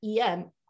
EM